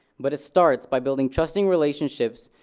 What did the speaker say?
but it starts by building trusting relationships